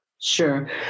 Sure